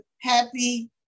happy